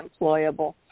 employable